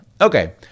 Okay